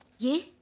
you